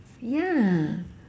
ya